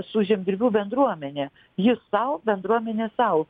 su žemdirbių bendruomene jis sau bendruomenė sau